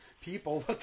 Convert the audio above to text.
people